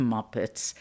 Muppets